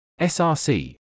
SRC